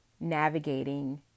navigating